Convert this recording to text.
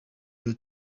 will